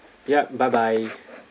yup bye bye